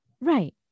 right